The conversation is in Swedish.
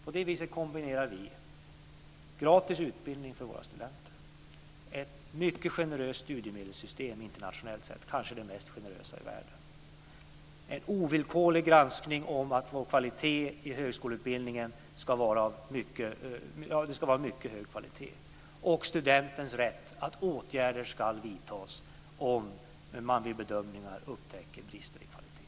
På det viset kombinerar vi gratis utbildning för våra studenter, ett mycket generöst studiemedelssystem internationellt sett, kanske det mest generösa i världen, en ovillkorlig granskning om att vår kvalitet i högskoleutbildningen ska vara mycket hög och studentens rätt att åtgärder ska vidtas om man vid bedömningar upptäcker brister i kvaliteten.